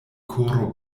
koro